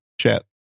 chat